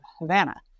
Havana